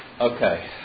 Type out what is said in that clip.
Okay